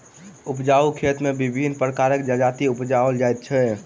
उपजाउ खेत मे विभिन्न प्रकारक जजाति उपजाओल जाइत छै